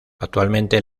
actualmente